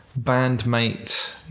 bandmate